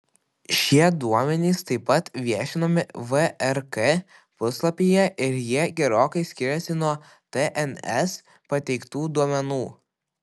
šie duomenys taip pat viešinami vrk puslapyje ir jie gerokai skiriasi nuo tns pateiktų duomenų